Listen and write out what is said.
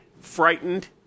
frightened